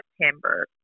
September